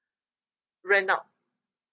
rent out